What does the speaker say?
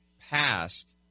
past